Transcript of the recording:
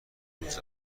روز